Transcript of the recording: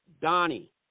Donnie